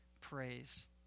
praise